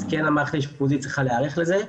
אז כן המערכת האשפוזית צריכה להיערך לזה,